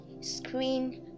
Screen